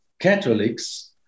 Catholics